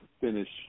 finish